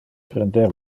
prender